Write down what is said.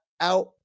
out